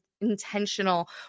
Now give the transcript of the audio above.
intentional